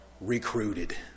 recruited